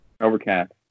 Overcast